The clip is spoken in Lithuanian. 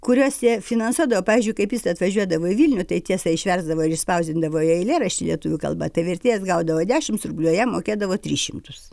kuriuose finansuosdavo pavyzdžiui kaip jis atvažiuodavo į vilnių tai tiesa išversdavo ir išspausdindavo eilėraščių į lietuvių kalba tai vertėjas gaudavo dešimts rublių o jam mokėdavo tris šimtus